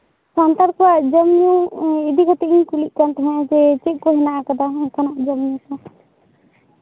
ᱥᱟᱱᱛᱟᱲ ᱠᱚᱣᱟᱜ ᱡᱚᱢ ᱧᱩ ᱤᱫᱤ ᱠᱟᱛᱮᱜ ᱠᱩᱞᱤᱜ ᱠᱟᱱ ᱛᱟᱦᱮᱜ ᱡᱮ ᱪᱮᱫ ᱠᱚ ᱢᱮᱱᱟᱜ ᱠᱟᱫᱟ ᱚᱱᱠᱟᱱᱟᱜ ᱡᱚᱢ ᱧᱩ ᱠᱚ